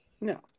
No